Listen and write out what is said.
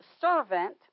servant